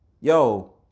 yo